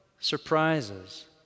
surprises